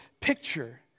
picture